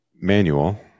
manual